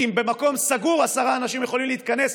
כי אם במקום סגור עשרה אנשים יכולים להתכנס,